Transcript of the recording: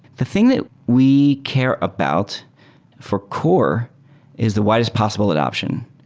the thing that we care about for core is the widest possible adaption.